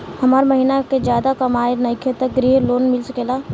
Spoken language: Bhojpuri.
हमर महीना के ज्यादा कमाई नईखे त ग्रिहऽ लोन मिल सकेला?